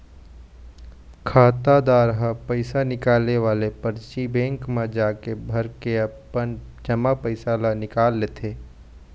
खातादार ह पइसा निकाले वाले परची बेंक म जाके भरके अपन जमा पइसा ल निकाल लेथे